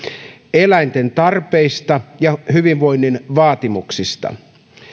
eläinten tarpeista ja hyvinvoinnin vaatimuksista